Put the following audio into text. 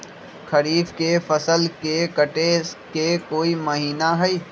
खरीफ के फसल के कटे के कोंन महिना हई?